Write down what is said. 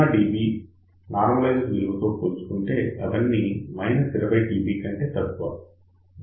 0 dBm normalised విలువతో పోల్చుకుంటే అవన్నీ 20 dBm కంటే తక్కువే